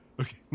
Okay